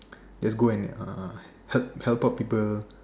just go and uh help help out people